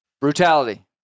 brutality